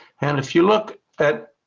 and, if you look at,